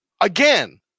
again